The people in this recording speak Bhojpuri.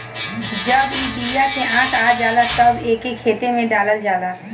जब ई बिया में आँख आ जाला तब एके खेते में डालल जाला